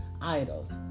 idols